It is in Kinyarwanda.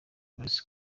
polisi